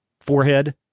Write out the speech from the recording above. forehead